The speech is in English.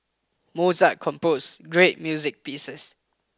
Mozart composed great music pieces